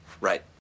Right